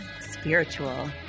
spiritual